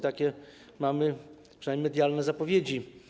Takie mamy, przynajmniej medialne, zapowiedzi.